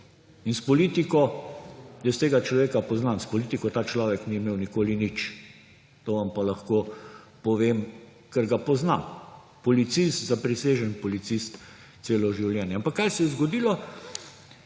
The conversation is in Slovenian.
In s politiko, jaz tega človeka poznam, s politiko ta človek ni imel nikoli nič. To vam pa lahko povem, ker ga poznam. Policist, zaprisežen policist celo življenje. Ampak, kaj se je zgodilo?